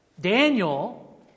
Daniel